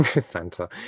Santa